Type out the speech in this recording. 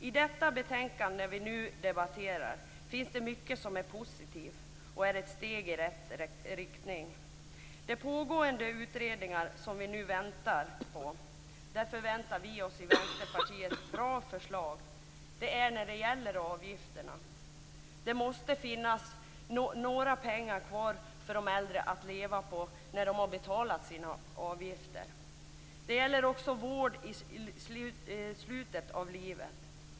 I det betänkande vi nu debatterar finns det mycket som är positivt och ett steg i rätt riktning. Av de pågående utredningarna förväntar vi i Vänsterpartiet oss bra förslag när det gäller avgifterna. Det måste finnas några pengar kvar för de äldre att leva på när de har betalat sina avgifter. Det gäller också vård i slutet av livet.